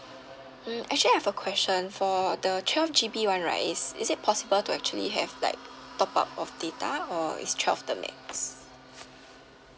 hmm actually I have a question for the twelve G_B [one] right is is it possible to actually have like top up of data or is twelve the max